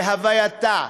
להווייתה,